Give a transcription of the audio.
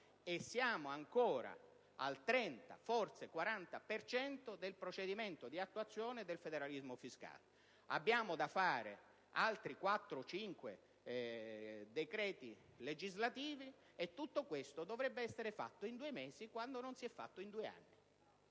e siamo ancora al 30, forse 40 per cento del procedimento di attuazione del federalismo fiscale. Abbiamo da fare altri quattro-cinque decreti legislativi, e tutto questo dovrebbe essere fatto in due mesi, quando non si è fatto in due anni.